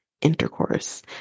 intercourse